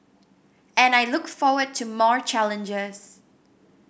and I look forward to more challenges